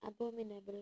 abominable